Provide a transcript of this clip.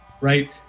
Right